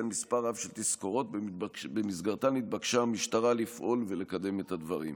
מספר רב של תזכורות שבמסגרתן התבקשה המשטרה לפעול ולקדם את הדברים.